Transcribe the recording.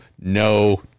no